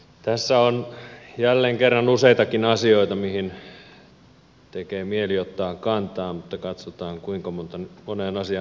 tässä on jälleen kerran useitakin asioita mihin tekee mieli ottaa kantaa mutta katsotaan kuinka moneen asiaan nyt keretään